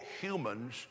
humans